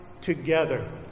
together